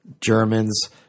Germans